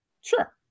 sure